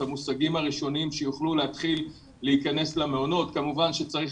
המושגים הראשונים כדי שיוכלו להתחיל להיכנס למעונות כמובן שצריך